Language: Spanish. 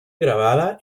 grabada